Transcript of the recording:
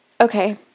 okay